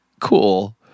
cool